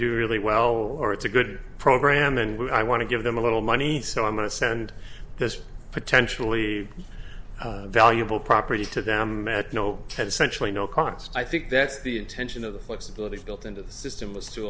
do really well or it's a good program and i want to give them a little money so i'm going to send this potentially valuable property to them at no ten essentially no cost i think that's the intention of the flexibility built into the system is to